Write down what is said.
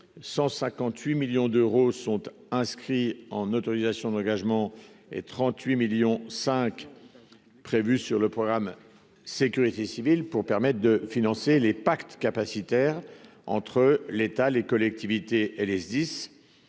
158 millions d'euros sont inscrits en autorisations d'engagement et 38,5 millions d'euros sont prévus sur le programme « Sécurité civile » pour permettre de financer les pactes capacitaires entre l'État, les collectivités et les Sdis.